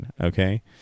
Okay